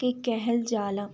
के केहल जाला